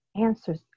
answers